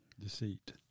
Deceit